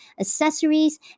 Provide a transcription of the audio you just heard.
accessories